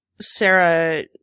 Sarah